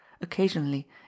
occasionally